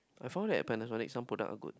I found that Panasonic some product are good